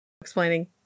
explaining